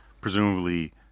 presumably